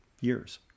years